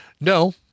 No